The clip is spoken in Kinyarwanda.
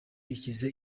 ishyize